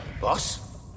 Boss